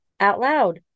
OUTLOUD